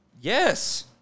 Yes